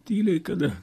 tyliai kada